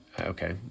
okay